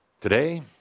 Today